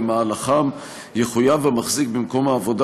ובמהלכם יחויב המחזיק במקום העבודה